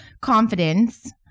Confidence